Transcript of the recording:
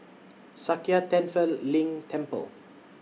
Sakya Tenphel Ling Temple